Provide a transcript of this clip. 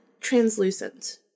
translucent